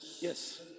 Yes